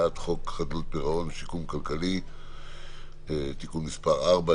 על סדר היום הצעת חוק חדלות פירעון ושיקום כלכלי (תיקון מס' 4,